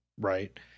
right